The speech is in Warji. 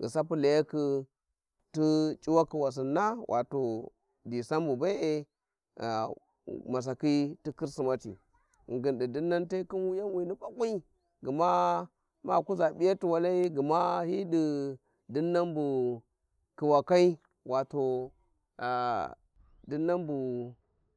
ghi sapyi ladakhi tu c`uwakhi wassinna wato. Disambu be, e-eh-masakhi ti kristmati ghingin di dinnan te khin wuyanwini bakwi gma ma kuza p`iyate walai, gma hi di dinnan bu kuwakai wato dinnah bu.